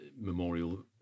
memorial